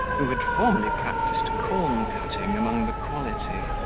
who had formerly practised corn-cutting among the quality,